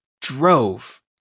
drove